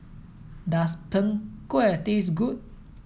does png kueh taste good